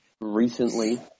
recently